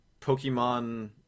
Pokemon